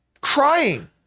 crying